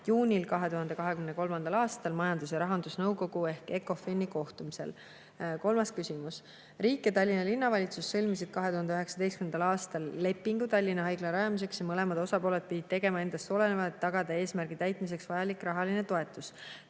juunil 2023. aastal majandus- ja rahandusnõukogu ehk ECOFIN-i kohtumisel. Kolmas küsimus: "Riik ja Tallinna linnavalitsus sõlmisid 2019. aastal lepingu Tallinna Haigla rajamiseks ja mõlemad osapooled pidid tegema endast oleneva, et tagada eesmärgi täitmiseks vajalik rahaline toetus.